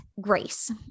grace